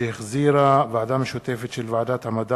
שהחזירה ועדה משותפת של ועדת המדע